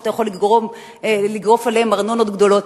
שאתה יכול לגרוף עליהם ארנונות גדולות.